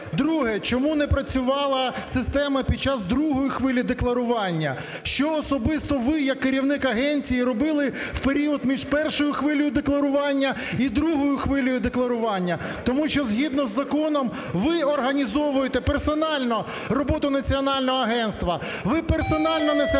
Друге. Чому не працювала система під час другої хвилі декласування? Що особисто ви як керівник агенції робили в період між першою хвилею декларування і другою хвилею декларування? Тому що згідно з законом ви організовуєте персонально роботу національного агентства, ви персонально несете